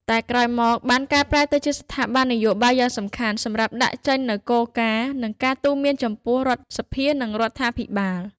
តែក្រោយមកបានកែប្រែទៅជាស្ថាប័ននយោបាយយ៉ាងសំខាន់សម្រាប់ដាក់ចេញនូវគោលការណ៍ និងការទូន្មានចំពោះរដ្ឋសភា និងរដ្ឋាភិបាល។